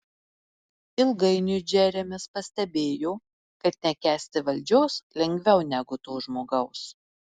ilgainiui džeremis pastebėjo kad nekęsti valdžios lengviau negu to žmogaus